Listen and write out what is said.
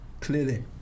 Clearly